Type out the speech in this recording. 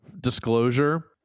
Disclosure